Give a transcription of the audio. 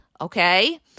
okay